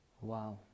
Wow